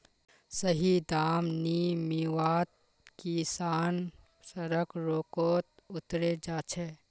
सही दाम नी मीवात किसान सड़क रोकोत उतरे जा छे